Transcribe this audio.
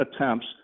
attempts